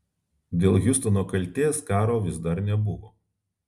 dėl hiustono kaltės karo vis dar nebuvo